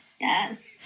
Yes